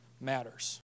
matters